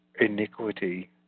iniquity